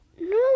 No